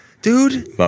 Dude